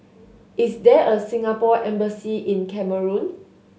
is there a Singapore Embassy in Cameroon